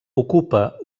ocupa